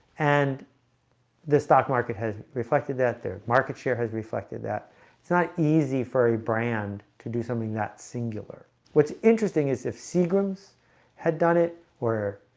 and the stock market has reflected that their market share has reflected that it's not easy for a brand to do something that singular what's interesting is if seagram's had done it where?